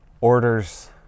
orders